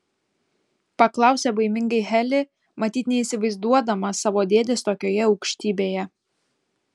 paklausė baimingai heli matyt neįsivaizduodama savo dėdės tokioje aukštybėje